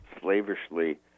slavishly